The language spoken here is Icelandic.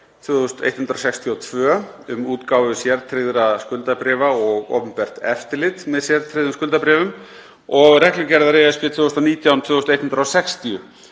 um útgáfu sértryggðra skuldabréfa og opinbert eftirlit með sértryggðum skuldabréfum, og reglugerðar ESB 2019/2160,